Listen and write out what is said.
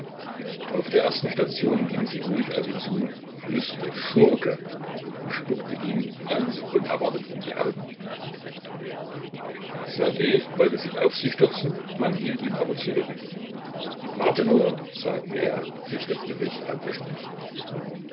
auf der ersten station ging sie ruhig auf ihn zu flüsterte schurke und spuckte ihm ganz unerwartet in die augen ssergej wollte sich auf sie stürzen man hielt ihn aber zurück warte nur sagte er sich das gesicht abwischend